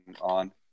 on